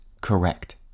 correct